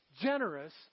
generous